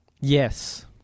Yes